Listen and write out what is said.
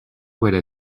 bere